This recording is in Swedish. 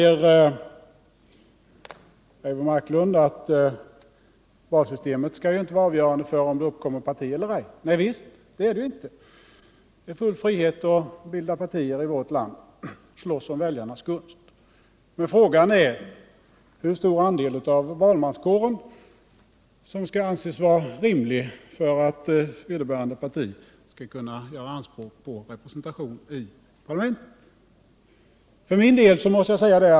Eivor Marklund säger att valsystemet inte skall vara avgörande för om det uppkommer partier eller inte. Nej, det är det inte heller. Det råder full frihet att bilda partier i vårt land och att slåss om väljarnas gunst. Men frågan är hur stor andel av valmanskåren som skall anses vara rimlig för att ett parti skall kunna göra anspråk på representation i parlamentet.